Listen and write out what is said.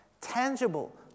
Tangible